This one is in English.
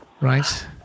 Right